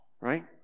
right